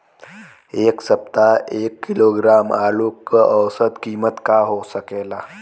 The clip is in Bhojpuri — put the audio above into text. एह सप्ताह एक किलोग्राम आलू क औसत कीमत का हो सकेला?